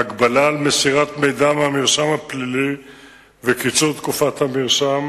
(הגבלה על מסירת מידע מהמרשם הפלילי וקיצור תקופת הרישום),